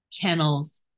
kennels